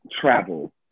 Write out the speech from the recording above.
travel